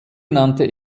nannte